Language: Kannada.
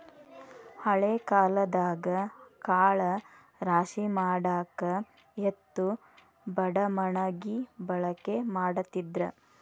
ಹಳೆ ಕಾಲದಾಗ ಕಾಳ ರಾಶಿಮಾಡಾಕ ಎತ್ತು ಬಡಮಣಗಿ ಬಳಕೆ ಮಾಡತಿದ್ರ